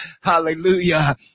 Hallelujah